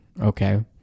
Okay